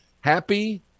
happy